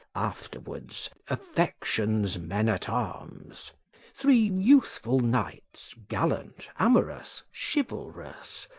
afterwards affection's men-at-arms three youthful knights, gallant, amorous, chivalrous,